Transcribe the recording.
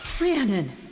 Rhiannon